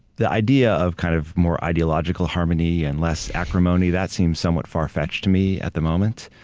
the idea of kind of more ideological harmony and less acrimony, that seems somewhat far fetched to me at the moment.